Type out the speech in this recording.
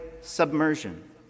submersion